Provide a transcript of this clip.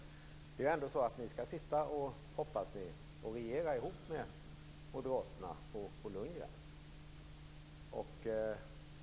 Folkpartiet hoppas ju på att sitta och regera ihop med Moderaterna och Bo Lundgren.